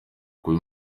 kuba